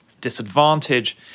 disadvantage